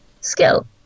skill